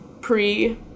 pre